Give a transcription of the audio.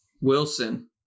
Wilson